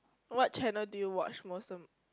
what channel do you watch most